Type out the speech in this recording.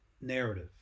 narrative